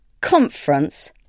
Conference